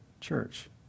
church